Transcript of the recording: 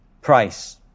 price